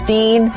Dean